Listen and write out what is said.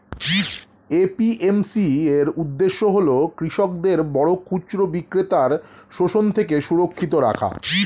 APMC এর উদ্দেশ্য হল কৃষকদের বড় খুচরা বিক্রেতার শোষণ থেকে সুরক্ষিত রাখা